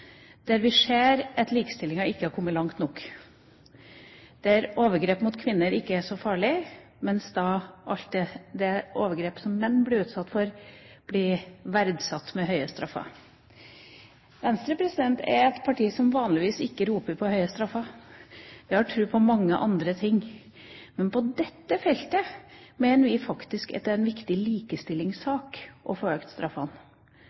der vi ser at likestillinga ikke har kommet langt nok, der overgrep mot kvinner ikke er så farlig, mens alle overgrep som menn blir utsatt for, blir verdsatt med høye straffer. Venstre er et parti som vanligvis ikke roper på høye straffer. Vi har tro på mange andre ting. Men på dette feltet mener vi faktisk at det er en viktig likestillingssak å få økt